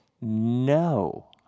no